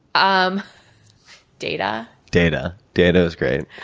um data. data. data was great.